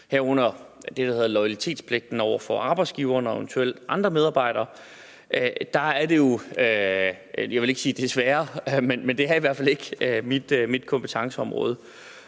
herunder det, der hedder loyalitetspligten over for arbejdsgiveren og eventuelt andre medarbejdere, lige sige, at det jo ikke – jeg vil ikke sige desværre, men i hvert fald ikke – er mit kompetenceområde,